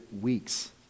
weeks